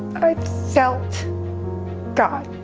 felt god.